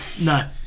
No